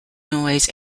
noise